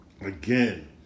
again